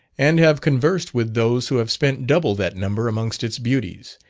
and have conversed with those who have spent double that number amongst its beauties,